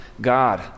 God